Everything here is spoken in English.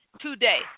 today